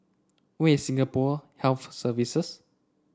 where is Singapore Health Services